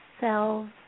cells